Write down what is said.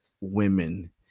women